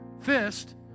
fist